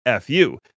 FU